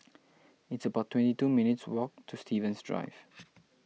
it's about twenty two minutes' walk to Stevens Drive